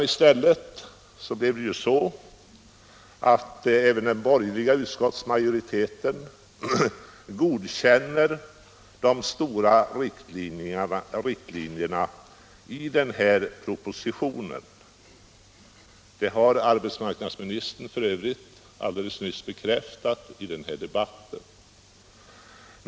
I stället godkände även den borgerliga utskottsmajoriteten de väsentliga riktlinjerna i den här propositionen; det har arbetsmarknadsministern f. ö. alldeles nyss bekräftat här i debatten.